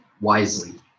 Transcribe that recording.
wisely